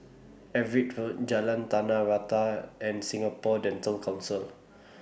Everitt Road Jalan Tanah Rata and Singapore Dental Council